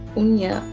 unya